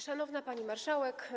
Szanowna Pani Marszałek!